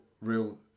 real